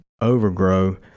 overgrow